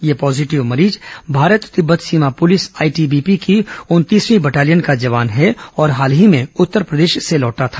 यह पॉजीटिव मरीज भारत तिब्बत सीमा पुलिस आईटीबीपी की उनतीसवीं बटालियन का जवान है और हाल ही में उत्तरप्रदेश से लौटा था